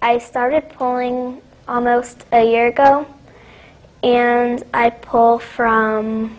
i started pouring almost a year ago and i pull from